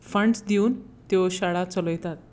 funds दिवून त्यो शाळा चलयतात